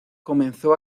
comenzó